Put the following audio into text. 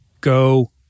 Go